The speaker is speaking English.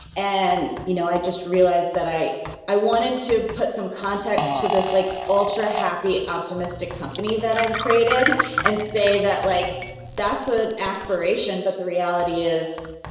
and you know i just realized that i i wanted to put some context to this like ultra happy, optimistic company that i've created and say that like that's an ah aspiration, but the reality is,